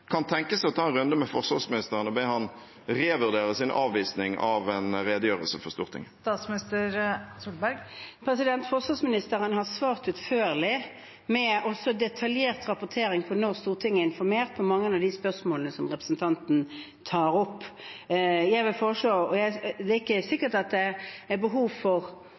kan tenke seg å ta en runde med forsvarsministeren og be ham om å revurdere sin avvisning av å redegjøre for Stortinget. Forsvarsministeren har svart utførlig, også med detaljert rapportering av når Stortinget er blitt informert, på mange av de spørsmålene representanten tar opp. Det er ikke sikkert at det er behov for